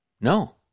No